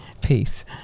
peace